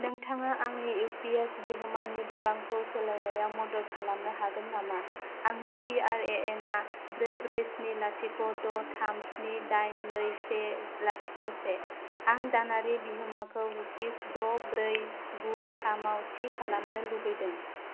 नोंथाङा आंनि इउपिएस बिहोमानि बिबांखौ सोलायनायाव मदद खालामनो हागोन नामा आंनि पिआरएएन आ ब्रै ब्रै स्नि लाथिख' द' थाम स्नि दाइन नै से लाथिख' से आं दानारि बिहोमाखौ रुपिस द' ब्रै गु थाम थि खालामनो लुबैदों